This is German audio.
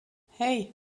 hei